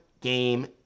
game